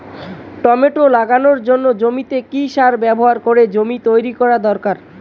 Tomato লাগানোর জন্য জমিতে কি সার ব্যবহার করে জমি তৈরি করা দরকার?